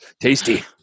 Tasty